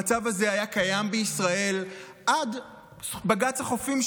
המצב הזה היה קיים בישראל עד בג"ץ החופים,